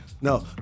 No